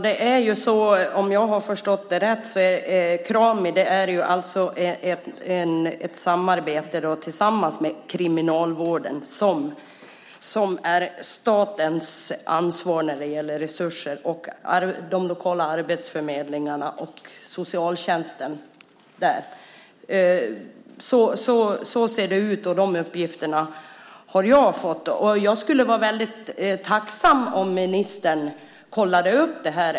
Fru talman! Om jag har förstått det rätt är Krami ett samarbete mellan kriminalvården, som är statens ansvar när det gäller resurser, och de lokala arbetsförmedlingarna och socialtjänsten. Så ser det ut. De uppgifterna har jag fått. Jag skulle vara väldigt tacksam om ministern kollade upp det här.